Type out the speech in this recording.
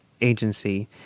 agency